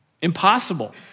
impossible